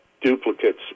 duplicates